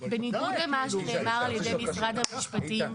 בניגוד למה שנאמר על ידי נציג משרד המשפטים,